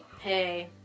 hey